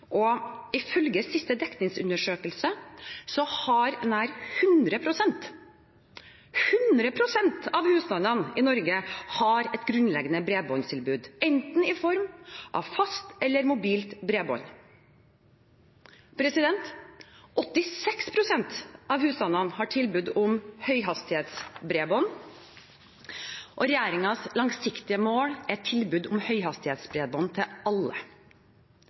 Ifølge siste dekningsundersøkelse har nær 100 pst. av husstandene i Norge et grunnleggende bredbåndstilbud, i form av enten fast eller mobilt bredbånd. 86 pst. av husstandene har tilbud om høyhastighetsbredbånd. Regjeringens langsiktige mål er tilbud om høyhastighetsbredbånd til alle.